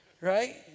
right